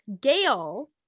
gail